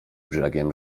brzegiem